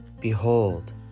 Behold